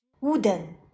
Wooden